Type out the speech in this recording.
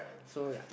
so ya